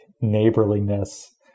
neighborliness